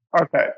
Okay